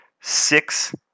six